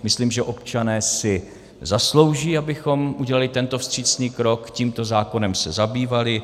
Myslím, že občané si zaslouží, abychom udělali tento vstřícný krok, tímto zákonem se zabývali.